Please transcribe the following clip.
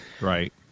Right